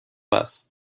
است